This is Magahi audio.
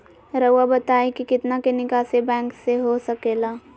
रहुआ बताइं कि कितना के निकासी बैंक से हो सके ला?